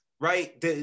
right